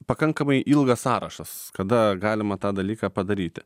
pakankamai ilgas sąrašas kada galima tą dalyką padaryti